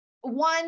one